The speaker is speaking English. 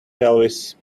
pelvis